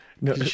No